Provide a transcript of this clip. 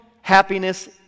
happiness